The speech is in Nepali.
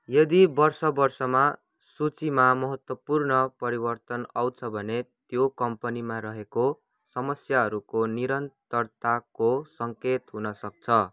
यदि वर्ष वर्षमा सूचीमा महत्त्वपूर्ण परिवर्तन आउँछ भने त्यो कम्पनीमा रहेका समस्याहरूको निरन्तरताको सङ्केत हुन सक्छ